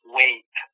wait